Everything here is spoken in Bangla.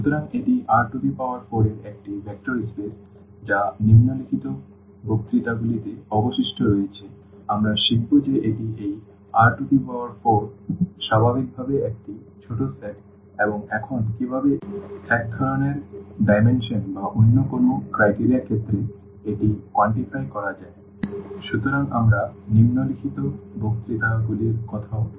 সুতরাং এটি R4 এর একটি ভেক্টর স্পেস যা নিম্নলিখিত বক্তৃতাগুলিতে অবশিষ্ট রয়েছে আমরা শিখব যে এটি এই R4 স্বাভাবিকভাবে একটি ছোট সেট এবং এখন কীভাবে এক ধরনের ডাইমেনশন বা অন্য কোনও মানদণ্ডের ক্ষেত্রে এটি পরিমাপ করা যায় সুতরাং আমরা নিম্নলিখিত বক্তৃতা গুলির কথা ও বলব